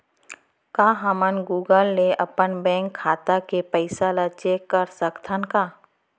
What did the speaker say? का हमन गूगल ले अपन बैंक खाता के पइसा ला चेक कर सकथन का?